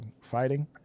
fighting